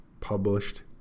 published